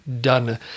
done